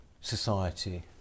Society